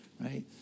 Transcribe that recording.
right